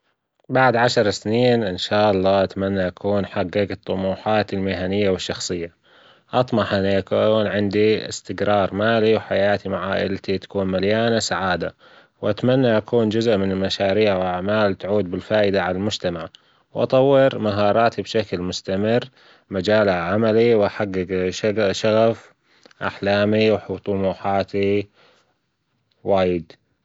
بعد عشر سنين إن شاء الله أتمنى أكون حججت طموحاتي المهنية والشخصية، أطمح أن يكون عندي استجرار مالي، وحياتي مع عائلتي تكون مليانة سعادة، وأتمنى أكون جزء من مشاريع وأعمال تعود بالفايدة على المجتمع، وأطور مهاراتي بشكل مستمر مجال عملي وأحجج شغف أحلامي وطموحاتي وايد.